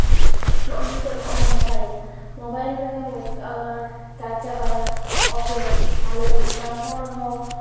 ᱱᱚᱜᱼᱚᱸᱭ ᱱᱤᱛᱚᱜ ᱱᱚᱜᱼᱚᱸᱭᱮᱱᱟ ᱢᱳᱵᱟᱭᱤᱞ ᱢᱳᱵᱟᱭᱤᱞ ᱨᱮᱜᱮ ᱪᱟᱨᱡᱽ ᱪᱟᱵᱟᱭᱮᱱᱟ ᱚᱯᱷ ᱮᱱᱟ ᱛᱟᱦᱞᱮ ᱫᱚ ᱢᱤᱫᱴᱟᱱ ᱦᱚᱲ ᱦᱚᱸ